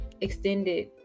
extended